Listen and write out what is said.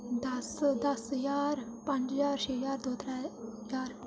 दस दस ज्हार पंज ज्हार छे ज्हार दो त्रै ज्हार